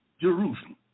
Jerusalem